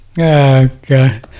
Okay